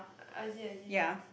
I see I see